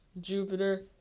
Jupiter